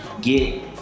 get